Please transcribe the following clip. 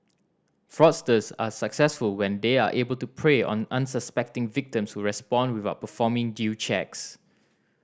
fraudsters are successful when they are able to prey on unsuspecting victims who respond without performing due checks